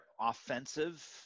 offensive